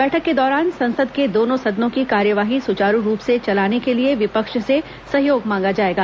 बैठक के दौरान संसद के दोनों सदनों की कार्यवाही सुचारू रूप से चलाने के लिए विपक्ष से सहयोग मांगा जाएगा